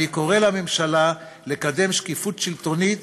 אני קורא לממשלה לקדם שקיפות שלטונית